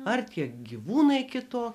ar tie gyvūnai kito